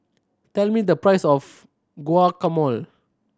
tell me the price of Guacamole